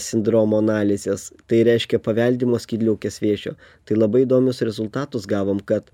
sindromo analizės tai reiškia paveldimo skydliaukės vėžio tai labai įdomius rezultatus gavom kad